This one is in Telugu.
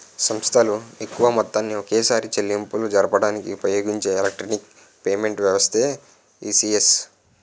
సంస్థలు ఎక్కువ మొత్తాన్ని ఒకేసారి చెల్లింపులు జరపడానికి ఉపయోగించే ఎలక్ట్రానిక్ పేమెంట్ వ్యవస్థే ఈ.సి.ఎస్